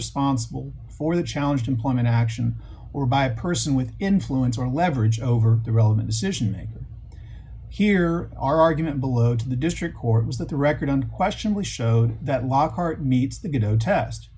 responsible for the challenge to employment action or by a person with influence or leverage over the relevant decision maker here argument below to the district court was that the record on question was showed that lockhart meets the ghetto test